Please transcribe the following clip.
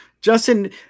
Justin